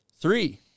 Three